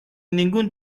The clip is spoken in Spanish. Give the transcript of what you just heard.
ningún